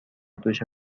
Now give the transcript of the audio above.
دوش